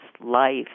life